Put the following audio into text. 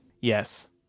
Yes